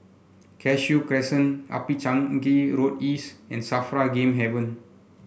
Cashew Crescent Upper Changi Road East and Safra Game Haven